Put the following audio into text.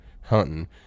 hunting